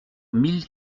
mille